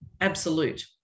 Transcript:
absolute